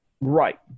Right